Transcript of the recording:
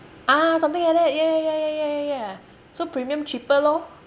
ah something like that ya ya ya ya ya so premium cheaper lor